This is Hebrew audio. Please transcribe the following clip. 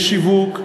יש שיווק,